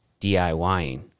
DIYing